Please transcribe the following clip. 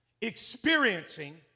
experiencing